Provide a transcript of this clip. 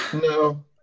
No